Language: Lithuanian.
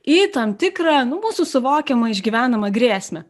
į tam tikrą mūsų suvokiamą išgyvenamą grėsmę